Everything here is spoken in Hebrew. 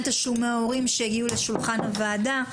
תשלומי ההורים שהגיעו לשולחן הוועדה.